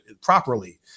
properly